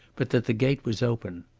but that the gate was open.